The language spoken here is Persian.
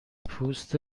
پوست